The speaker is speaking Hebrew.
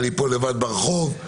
אני פה לבד ברחוב,